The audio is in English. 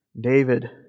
David